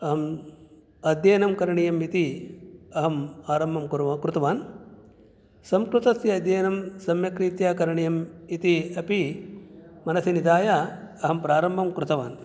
अहम् अध्ययनं करणीयम् इति अहं आरम्भं कृतवान् संस्कृतस्य अध्यययनं सम्यक्रित्या करणीयम् इति अपि मनसि निधाय अहं प्रारम्भं कृतवान्